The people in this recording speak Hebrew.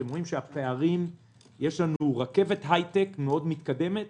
אתם רואים שיש לנו רכבת הייטק מאוד מתקדמת